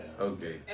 Okay